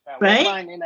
Right